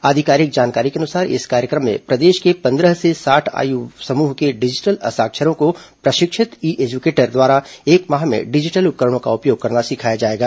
आधिकारिक जानकारी के अनुसार इस कार्यक्रम में प्रदेश के पंद्रह से साठ आयु समूह के डिजिटल असाक्षरों को प्रशिक्षित ई एजुकेटर द्वारा एक माह में डिजिटल उपकरणों का उपयोग करना सिखाया जाएगा